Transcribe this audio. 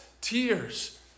tears